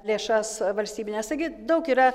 lėšas valstybines taigi daug yra